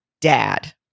dad